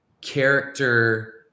character